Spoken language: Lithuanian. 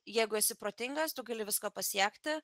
jeigu esi protingas tu gali visko pasiekti